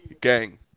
Gang